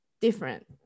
Different